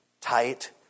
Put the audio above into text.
tight